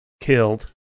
killed